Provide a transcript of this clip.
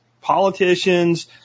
politicians